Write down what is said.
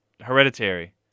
Hereditary